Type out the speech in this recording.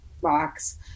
box